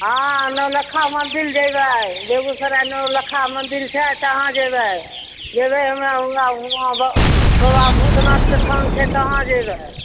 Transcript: हाँ नौलखा मंदिल जेबै बेगूसराय नौलखा मंदिल छै तहाँ जेबै जेबै हमरा ऊहाँ बाबा भूतनाथके स्थान छै तहाँ जेबै